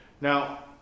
Now